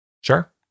Sure